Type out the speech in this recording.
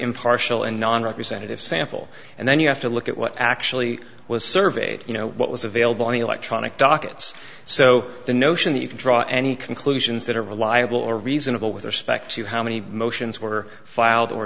impartial and non representative sample and then you have to look at what actually was surveyed you know what was available on electronic dockets so the notion that you could draw any conclusions that are reliable or reasonable with respect to how many motions were filed or